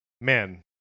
man